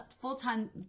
full-time